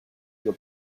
your